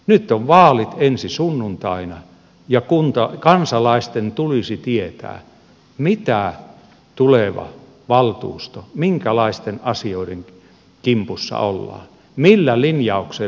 nyt on vaalit ensi sunnuntaina ja kansalaisten tulisi tietää tulevasta valtuustosta minkälaisten asioiden kimpussa ollaan millä linjauksella edetään